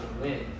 win